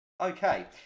okay